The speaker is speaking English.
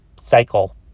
cycle